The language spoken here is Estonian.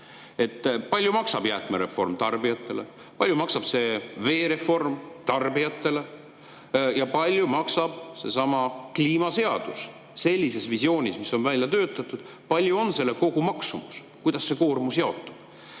Palju maksab jäätmereform tarbijatele, kui palju maksab veereform tarbijatele ja palju maksab seesama kliimaseadus? Sellises visioonis, mis on välja töötatud, palju on selle kogumaksumus, kuidas see koormus jaotub? See